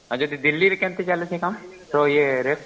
ଆଉ ଯଦି ଦିଲ୍ଲୀରେ କେନ୍ତି ଚାଲିଛେ କାମ୍ ତ ଏ ରେଟ୍